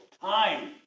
time